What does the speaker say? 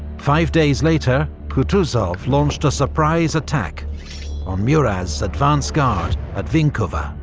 five days later, kutuzov launched a surprise attack on murat's advance guard at vinkovo,